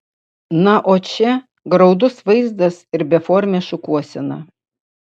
na o čia graudus vaizdas ir beformė šukuosena